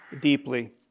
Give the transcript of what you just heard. deeply